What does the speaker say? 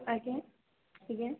ଆଜ୍ଞା ଆଜ୍ଞା